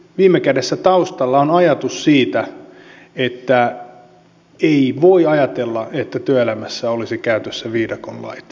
viime kädessä taustalla on ajatus siitä että ei voi ajatella että työelämässä olisivat käytössä viidakon lait